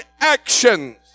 actions